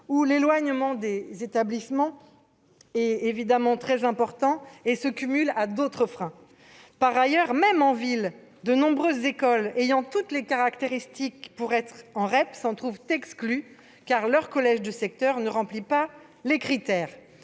l'éloignement des établissements est important, problème qui s'ajoute à d'autres freins existants. Par ailleurs, même en ville, de nombreuses écoles ayant toutes les caractéristiques pour être en REP s'en trouvent exclues, car leur collège de secteur n'en remplit pas les critères.